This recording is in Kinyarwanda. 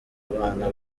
abana